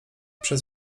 przez